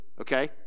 okay